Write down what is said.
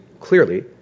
clearly